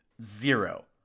zero